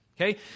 Okay